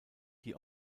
die